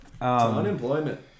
unemployment